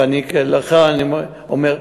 ולך אני אומר,